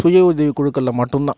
சுய உதவிக்குழுக்கள்ல மட்டும் தான்